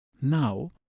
Now